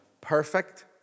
Perfect